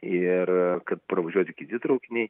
ir kad pravažiuotų kiti traukiniai